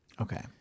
Okay